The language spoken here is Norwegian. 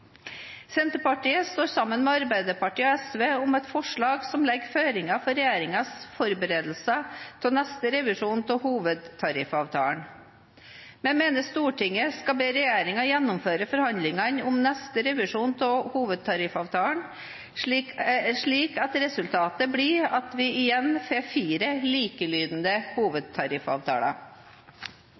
Senterpartiet står sammen med Arbeiderpartiet og SV om et forslag som legger føringer for regjeringens forberedelser av neste revisjon av hovedtariffavtalen. Vi mener Stortinget skal be regjeringen gjennomføre forhandlingene om neste revisjon av hovedtariffavtalen slik at resultatet blir at vi igjen får fire likelydende hovedtariffavtaler.